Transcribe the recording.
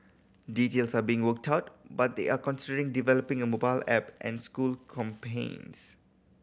details are being worked out but they are considering developing a mobile app and school campaigns